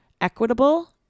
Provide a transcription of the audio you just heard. equitable